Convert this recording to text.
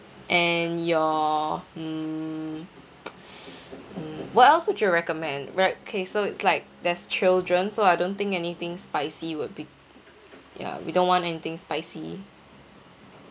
and your mm mm what else would you recommend like K so it's like there's children so I don't think anything spicy would be ya we don't want anything spicy